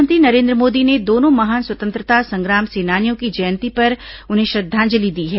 प्रधानमंत्री नरेन्द्र मोदी ने दोनों महान स्वतंत्रता संग्राम सेनानियों की जयंती पर उन्हें श्रद्वांजलि दी है